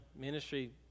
ministry